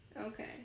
okay